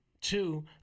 Two